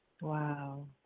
Wow